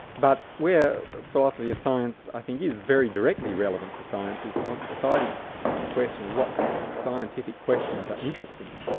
but where philosophy of science i think is very directly relevant to science is um deciding the question and what scientific questions are interesting.